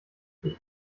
ich